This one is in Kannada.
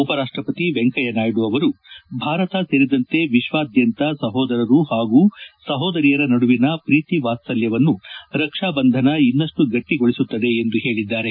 ಉಪರಾಷ್ಟಪತಿ ವೆಂಕಯ್ತನಾಯ್ದು ಅವರು ಭಾರತ ಸೇರಿದಂತೆ ವಿಶ್ವದಾದ್ದಂತ ಸಹೋದರರು ಹಾಗೂ ಸಹೋದರಿಯರ ನಡುವಿನ ಪ್ರೀತಿ ವಾತ್ಸಲ್ಪವನ್ನು ರಕ್ಷಾಬಂಧನ ಇನ್ನಷ್ಟು ಗಟ್ಟಿಗೊಳಿಸುತ್ತದೆ ಎಂದು ಹೇಳಿದ್ದಾರೆ